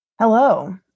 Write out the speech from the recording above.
Hello